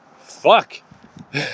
fuck